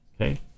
Okay